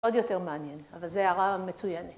עוד יותר מעניין, אבל זה הערה מצויינת.